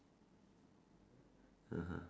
(uh huh)